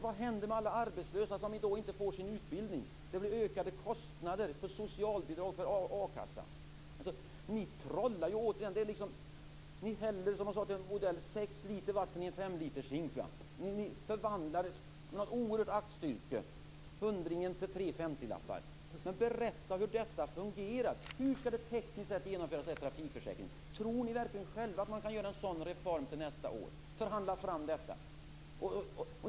Vad händer med alla arbetslösa som då inte får sin utbildning? Det blir ökade kostnader för socialbidrag och a-kassa. Ni trollar ju! Ni häller, som jag sagt tidigare, sex liter vatten i en femlitershink. Det är ett oerhört aktstycke. Ni förvandlar hundringen till tre femtiolappar. Berätta hur detta fungerar! Hur skall det tekniskt genomföras med den här trafikförsäkringen? Tror ni verkligen själva att man kan genomföra en sådan reform till nästa år? Tror ni att man kan förhandla fram detta?